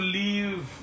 leave